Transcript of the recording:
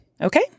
Okay